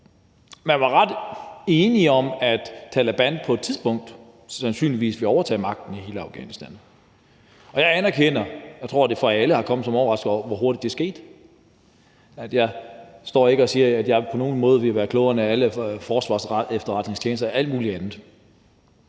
man var ret enige om, at Taleban på et tidspunkt sandsynligvis ville overtage magten i hele Afghanistan, og jeg tror, det for alle er kommet som en overraskelse, hvor hurtigt det er sket, og jeg står ikke og siger, at jeg på nogen måde ville være klogere end alle forsvarsefterretningstjenester og alle mulige andre.